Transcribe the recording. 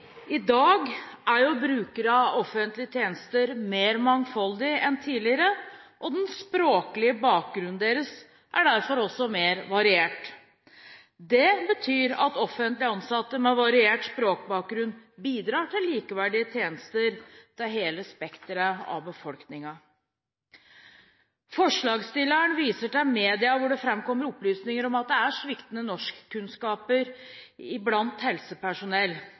I dag er brukerne av offentlige tjenester mer mangfoldige enn tidligere, og den språklige bakgrunnen deres er derfor også mer variert. Det betyr at offentlig ansatte med variert språkbakgrunn bidrar til likeverdige tjenester til hele spekteret av befolkningen. Forslagsstillerne viser til media, hvor det framkommer opplysninger om at det er sviktende norskkunnskaper blant helsepersonell.